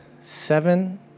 seven